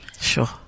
Sure